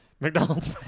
McDonald's